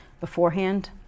beforehand